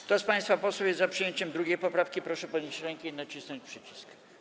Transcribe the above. Kto z państwa posłów jest za przyjęciem 2. poprawki, proszę podnieść rękę i nacisnąć przycisk.